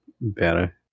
better